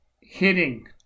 hitting